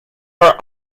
her